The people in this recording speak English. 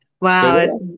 Wow